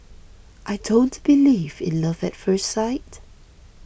I don't believe in love at first sight